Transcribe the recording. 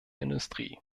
industrie